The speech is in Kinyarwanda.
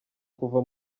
kuva